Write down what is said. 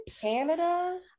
Canada